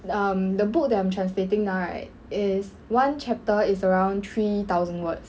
um the book that I'm translating now right is one chapter is around three thousand words